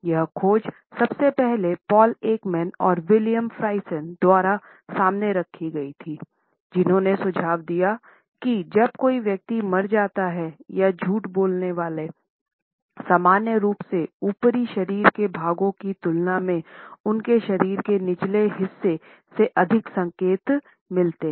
यह खोज सबसे पहले पॉल एकमैन और विलियम्स फ्राइसन द्वारा सामने रखी गई थी जिन्होंने सुझाव दिया कि जब कोई व्यक्ति मर जाता है या झूठ बोलने वाले सामान्य रूप से ऊपरी शरीर के भागों की तुलना में उनके शरीर के निचले हिस्से से अधिक संकेत मिलते है